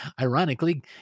Ironically